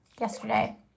yesterday